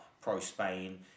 pro-Spain